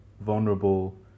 vulnerable